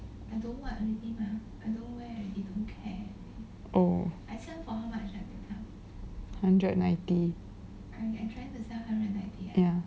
oh hundred ninety ya